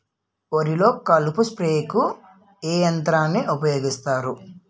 వరిలో కలుపు స్ప్రేకు ఏ యంత్రాన్ని ఊపాయోగిస్తారు?